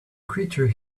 creature